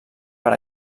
per